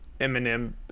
eminem